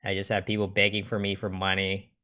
had is that people begging for me for money